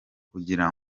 kugira